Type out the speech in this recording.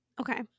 Okay